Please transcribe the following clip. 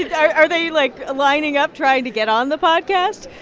are are they, like, lining up trying to get on the podcast?